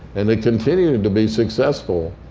and they continued to be successful.